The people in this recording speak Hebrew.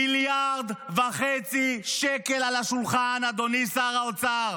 מיליארד וחצי שקל על השולחן, אדוני שר האוצר.